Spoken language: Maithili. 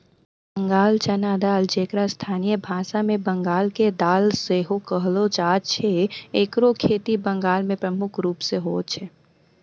बंगाल चना दाल जेकरा स्थानीय भाषा मे बंगाल के दाल सेहो कहलो जाय छै एकरो खेती बंगाल मे मुख्य रूपो से होय छै